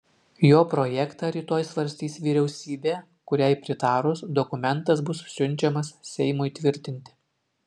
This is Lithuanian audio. jo projektą rytoj svarstys vyriausybė kuriai pritarus dokumentas bus siunčiamas seimui tvirtinti